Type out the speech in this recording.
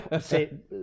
say